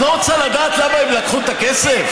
את לא רוצה לדעת למה הם לקחו את הכסף?